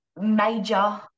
major